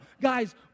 Guys